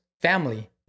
family